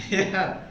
ya